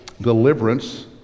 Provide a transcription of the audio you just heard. deliverance